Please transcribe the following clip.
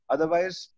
Otherwise